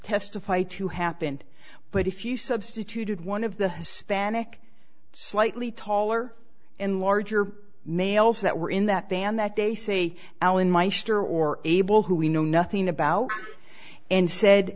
testified to happened but if you substituted one of the hispanic slightly taller and larger males that were in that van that they say allen meister or abel who we know nothing about and said